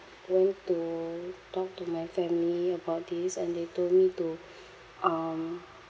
went to talk to my family about this and they told me to um